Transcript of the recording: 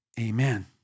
amen